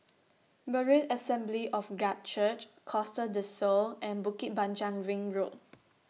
Berean Assembly of God Church Costa Del Sol and Bukit Panjang Ring Road